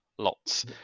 lots